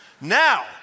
Now